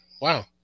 Wow